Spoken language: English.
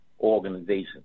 organization